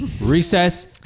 recess